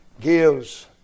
gives